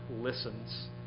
listens